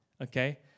okay